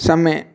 समय